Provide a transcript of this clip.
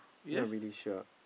not really sure